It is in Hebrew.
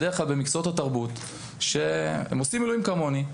בדרך כלל במקצועות התרבות שעושים מילואים כמוני,